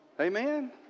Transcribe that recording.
Amen